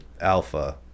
alpha